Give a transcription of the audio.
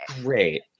Great